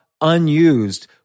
unused